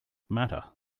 matter